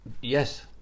Yes